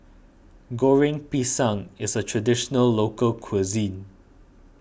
Goreng Pisang is a Traditional Local Cuisine